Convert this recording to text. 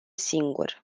singur